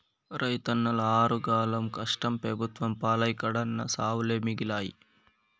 రైతన్నల ఆరుగాలం కష్టం పెబుత్వం పాలై కడన్నా సావులే మిగిలాయి